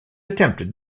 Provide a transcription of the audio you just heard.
attempted